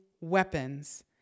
weapons